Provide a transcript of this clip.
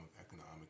economic